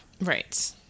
Right